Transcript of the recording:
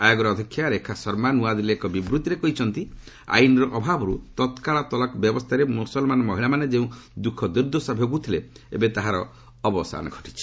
ଆୟୋଗର ଅଧ୍ୟକ୍ଷା ରେଖା ଶର୍ମା ନୂଆଦିଲ୍କୀଠାରେ ଏକ ବିବୃଭିରେ କହିଛନ୍ତି ଯେ ଆଇନ୍ର ଅଭାବରୁ ତତ୍କାଳ ତଲାକ୍ ବ୍ୟବସ୍ଥାରେ ମୁସଲମାନ ମହିଳାମାନେ ଯେଉଁ ଦୁଃଖ ଦୁର୍ଦ୍ଦଶା ଭୋଗୁଥିଲେ ଏବେ ତାହାର ଅବସାନ ଘଟିଛି